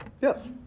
Yes